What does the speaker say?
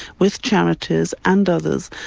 with charities, and others,